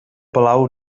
palau